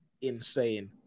insane